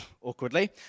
awkwardly